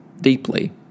deeply